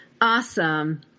awesome